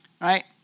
right